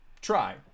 try